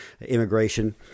immigration